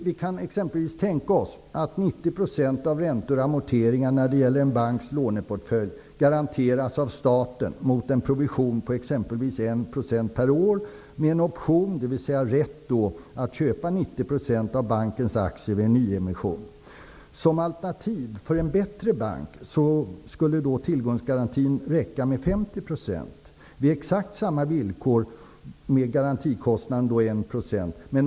Vi kan exempelvis tänka oss att 90 % av räntor och amorteringar i en banks låneportfölj garanteras av staten mot en provision på exempelvis 1 % per år med en option, dvs. en rätt att köpa 90 % av bankens aktier vid nyemission. Som alternativ för en bättre bank skulle det räcka med en tillgångsgaranti med 50 % vid exakt samma villkor och med provision på 1 %.